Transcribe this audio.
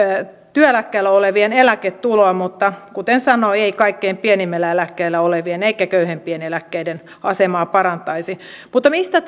työeläkkeellä olevien eläketuloa mutta kuten sanoin ei kaikkein pienimmällä eläkkeellä olevien eikä köyhimpien eläkeläisten asemaa parantaisi mutta mistä